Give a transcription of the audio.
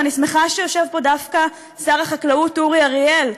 ואני שמחה שיושב פה דווקא שר החקלאות אורי אריאל,